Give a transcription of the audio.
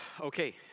Okay